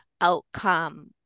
outcome